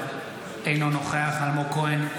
אינו נוכח חילי טרופר, אינו נוכח אלמוג כהן,